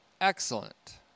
excellent